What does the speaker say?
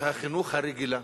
החינוך הרגילה.